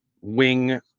wing